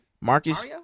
Marcus